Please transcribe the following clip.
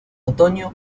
otoño